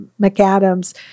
McAdams